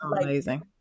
amazing